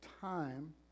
time